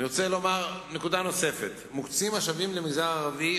אני רוצה לומר נקודה נוספת: מוקצים משאבים למגזר הערבי,